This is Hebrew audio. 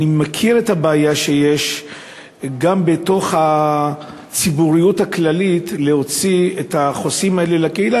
אני מכיר את הבעיה שיש גם בציבור הכללי להוציא את החוסים האלה לקהילה.